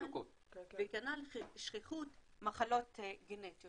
כן, וכנ"ל שכיחות מחלות גנטיות.